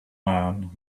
man